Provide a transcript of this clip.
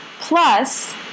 plus